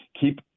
keep